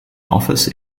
office